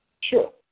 Sure